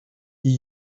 you